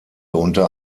unter